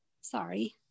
sorry